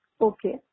Okay